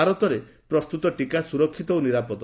ଭାରତରେ ପ୍ରସ୍ତୁତ ଟିକା ସୁରକ୍ଷିତ ଓ ନିରାପଦ